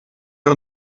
wir